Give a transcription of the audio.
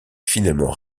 finalement